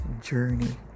journey